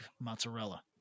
mozzarella